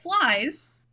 flies